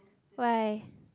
why